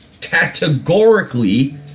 categorically